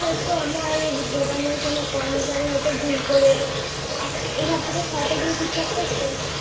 হয়তো আমার দোকানের কোনও কর্মচারী হয়তো ভুল করে এ ঘর থেকে সরাতে গিয়ে কিছু একটা হয়ে গেছে